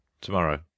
Tomorrow